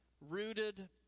rooted